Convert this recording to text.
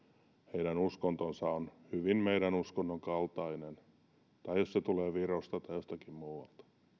heidän uskontonsa on hyvin meidän uskontomme kaltainen tai jos he tulevat virosta tai jostakin muualta